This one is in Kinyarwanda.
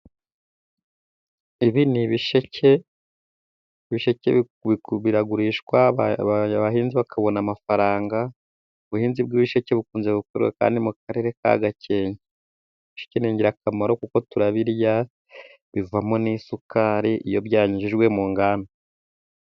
Ibi ni ibisheke . Ibisheke biragurishwa ,abahinzi bakabona amafaranga . Ubuhinzi bw'ibisheke bukunze gukorwa kandi mu karere ka Gakenke . Ibisheke ni ingirakamaro kuko turabirya bivamo n'isukari, iyo byanyujijwe mu nganda.